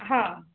ହଁ